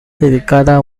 dedicada